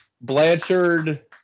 Blanchard